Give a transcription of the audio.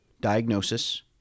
diagnosis